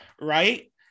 Right